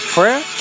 Prayer